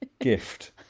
gift